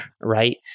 right